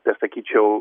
tai aš sakyčiau